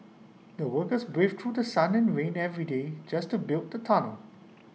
the workers braved through The Sun and rain every day just to build the tunnel